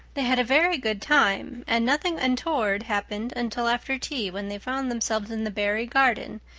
they had a very good time and nothing untoward happened until after tea, when they found themselves in the barry garden,